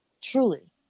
truly